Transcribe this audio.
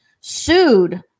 sued